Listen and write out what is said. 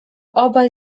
obaj